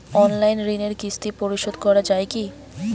Online ঋণের কিস্তি পরিশোধ করা যায় কি?